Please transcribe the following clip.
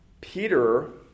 Peter